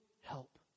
help